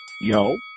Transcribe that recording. Yo